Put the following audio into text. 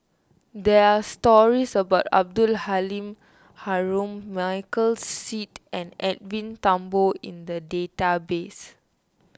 there are stories about Abdul Halim Haron Michael Seet and Edwin Thumboo in the database